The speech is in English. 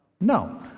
No